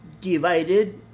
divided